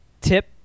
tip